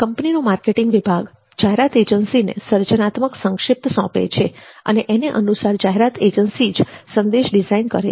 કંપનીનો માર્કેટિંગ વિભાગ જાહેરાત એજન્સીને સર્જનાત્મક સંક્ષિપ્ત સોંપે છે અને એને અનુસાર જાહેરાત એજન્સી જ સંદેશ ડિઝાઇન કરે છે